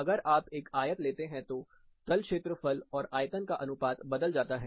अगर आप एक आयत लेते हैं तो तल क्षेत्रफल और आयतन का अनुपात बदल जाता है